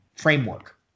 Framework